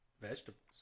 vegetables